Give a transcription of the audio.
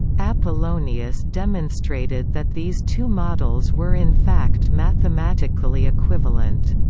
apollonius demonstrated that these two models were in fact mathematically equivalent.